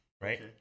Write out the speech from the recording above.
right